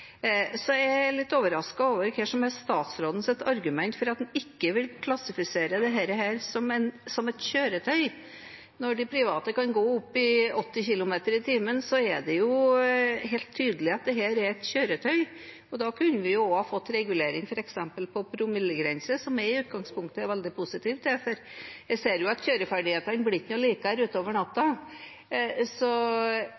er litt overrasket over statsrådens argument for at man ikke vil klassifisere dette som et kjøretøy. Når de private kan gå opp i 80 km/t, er det helt tydelig at det er et kjøretøy. Da kunne vi også ha fått regulering på f.eks. promillegrense, som jeg i utgangspunktet er veldig positiv til, for jeg ser jo at kjøreferdighetene ikke blir noe bedre utover natta.